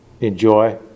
enjoy